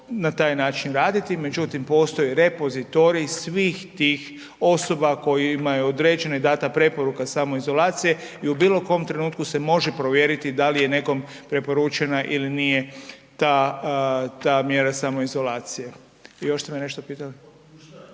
na taj način raditi. Međutim, postoji repozitorij svih tih osoba kojima je određena i dana preporuka samoizolacije i u bilo kom trenutku se može provjeriti da li je nekom preporučena ili nije ta mjera samoizolacije. I još ste me nešto pitali?